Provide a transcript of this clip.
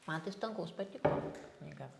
man tai stankaus patiko knyga